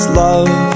love